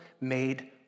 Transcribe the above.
made